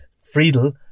friedel